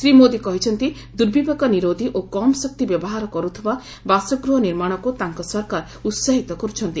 ଶ୍ରୀ ମୋଦି କହିଛନ୍ତି ଦୁର୍ବିପାକ ନିରୋଧୀ ଓ କମ୍ ଶକ୍ତି ବ୍ୟବହାର କରୁଥିବା ବାସଗୃହ ନିର୍ମାଣକୁ ତାଙ୍କ ସରକାର ଉତ୍ସାହିତ କରୁଛନ୍ତି